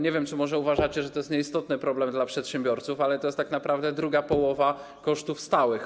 Nie wiem, czy może uważacie, że to jest nieistotny problem dla przedsiębiorców, ale to jest tak naprawdę druga połowa kosztów stałych.